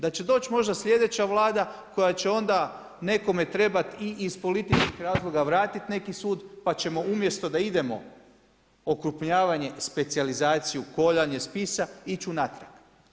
Da će doći možda slijedeća vlada koja će onda nekome trebati i iz političkih razloga vratiti neki sud, pa ćemo umjesto da idemo okrupljavanje, specijalizaciju, hodanje spisa, ići unatrag.